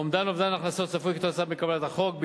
אומדן אובדן ההכנסות הצפוי מקבלת החוק,